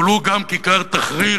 אבל הוא גם כיכר תחריר,